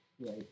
Right